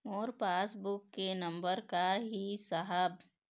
मोर passbook के number का ही साहब?